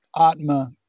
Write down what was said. Atma